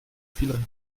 viel